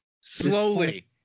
Slowly